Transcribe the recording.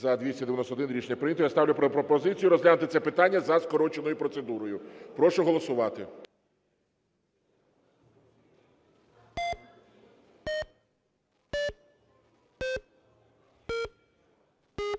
За-291 Рішення прийнято. Я ставлю пропозицію розглянути це питання за скороченою процедурою. Прошу голосувати.